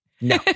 No